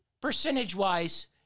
percentage-wise